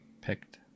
picked